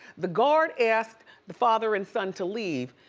the guard asked the father and son to leave.